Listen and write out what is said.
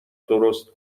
درست